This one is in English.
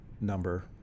number